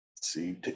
See